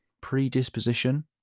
predisposition